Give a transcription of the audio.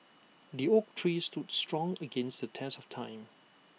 the oak tree stood strong against the test of time